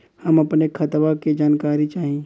हम अपने खतवा क जानकारी चाही?